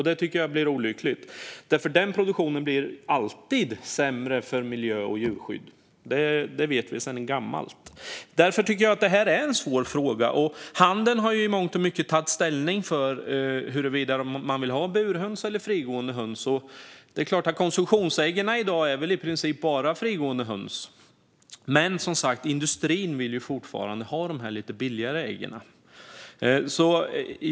Det tycker jag vore olyckligt, för den produktionen blir alltid sämre för miljö och djurskydd. Det vet vi sedan gammalt. Därför tycker jag att detta är en svår fråga. Handeln har i mångt och mycket tagit ställning för om man vill ha burhöns eller frigående höns. Konsumtionsäggen kommer väl i dag i princip bara från frigående höns, men industrin vill som sagt fortfarande ha de här lite billigare äggen.